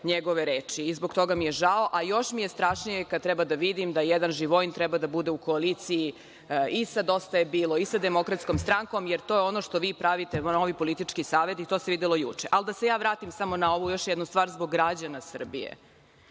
njegove reči. Zbog toga mi je žao, a još mi je strašnije kada treba da vidim da jedan Živojin treba da bude u koaliciji i sa Dosta je bilo i sa DS, jer to je ono što vi pravite, novi politički savez i to se videlo juče. Ali da se ja vratim još jednu stvar zbog građana Srbije.